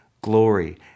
glory